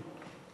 בבקשה.